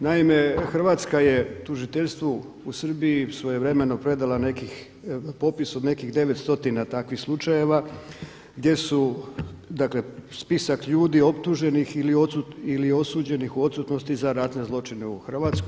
Naime Hrvatska je tužiteljstvu u Srbiji svojevremeno predala nekih, popis od nekih 9 stotina takvih slučajeva gdje su, dakle spisak ljudi optuženih ili osuđenih u odsutnosti za ratne zločine u Hrvatskoj.